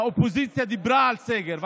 האופוזיציה דיברה על סגר.